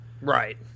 right